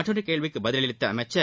மற்றொரு கேள்விக்கு பதிலளித்த அவர்